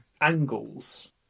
angles